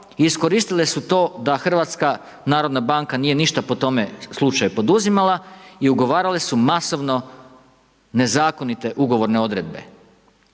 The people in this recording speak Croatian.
iskoristile su to da HNB nije ništa po tome slučaju poduzimala i ugovarale su masovno nezakonite ugovorne odredbe.